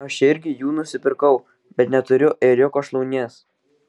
aš irgi jų nusipirkau bet neturiu ėriuko šlaunies